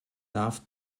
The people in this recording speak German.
darf